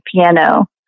piano